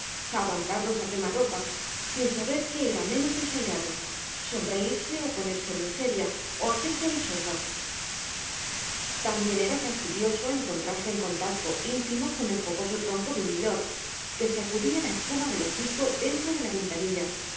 aguantarlos a quema ropa sin saber qué era menos desairado sonreírse o ponerse muy seria o hacerse la sorda también era fastidioso encontrarse en contacto íntimo con el fogoso tronco de un milord que sacudía la espuma del hocico dentro de la ventanilla